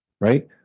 right